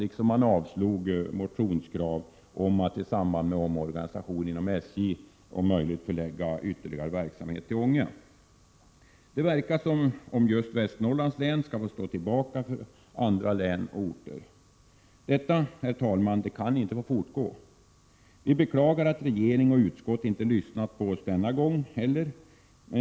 Dessutom avslog man motionskrav om att ytterligare verksamhet, om möjligt, förläggs till Ånge i samband med omorganisationen inom SJ. Det verkar som om just Västernorrlands län får stå tillbaka för andra län och orter. Detta, herr talman, kan inte få fortgå. Vi beklagar att regering och utskott inte har lyssnat på oss den här gången heller.